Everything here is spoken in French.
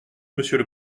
monsieur